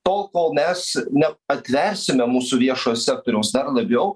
tol kol mes neatversime mūsų viešojo sektoriaus dar labiau